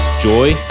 joy